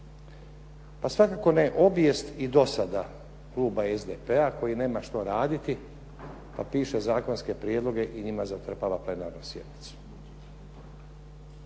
Pa svakako ne obijest i dosada kluba SDP-a koji nema što raditi pa piše zakonske prijedloge i njima zatrpava plenarnu sjednicu.